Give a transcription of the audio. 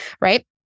right